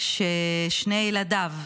ששני ילדיו,